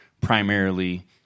primarily